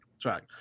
track